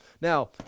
Now